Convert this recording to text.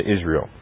Israel